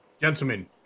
Gentlemen